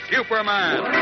Superman